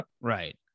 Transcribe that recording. Right